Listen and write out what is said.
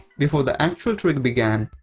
before the actual trick began,